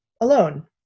alone